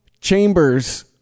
chambers